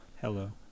Hello